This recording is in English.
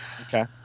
Okay